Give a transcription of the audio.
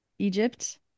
Egypt